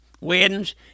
weddings